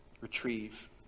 retrieve